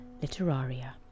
Literaria